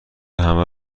همه